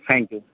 thank you